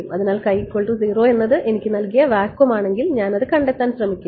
അതിനാൽ എന്നത് എനിക്ക് നൽകിയ വാക്വം ആണെങ്കിൽ ഞാൻ അത് കണ്ടെത്താൻ ശ്രമിക്കില്ല